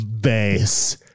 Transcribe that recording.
base